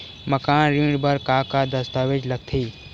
मकान ऋण बर का का दस्तावेज लगथे?